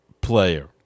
player